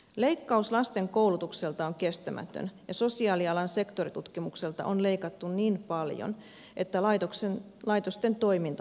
leikkaus lasten koulutuksesta on kestämätön ja sosiaalialan sektoritutkimuksesta on leikattu niin paljon että laitosten toiminta halvaantuu